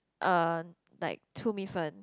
uh like 粗米粉